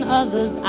others